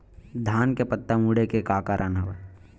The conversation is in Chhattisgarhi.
धान के पत्ता मुड़े के का कारण हवय?